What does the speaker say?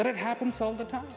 but it happens all the time